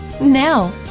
Now